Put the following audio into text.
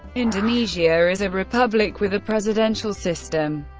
indonesia is a republic with a presidential system.